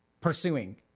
pursuing